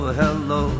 hello